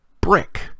brick